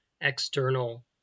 external